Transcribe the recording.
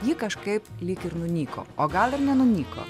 ji kažkaip lyg ir nunyko o gal ir nenunyko